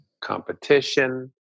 competition